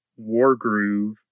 Wargroove